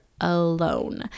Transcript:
alone